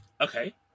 Okay